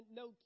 no